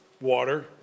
Water